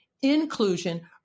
inclusion